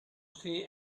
see